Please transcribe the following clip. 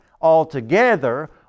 altogether